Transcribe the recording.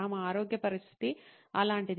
ఆమె ఆరోగ్య పరిస్థితి అలాంటిది